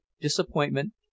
disappointment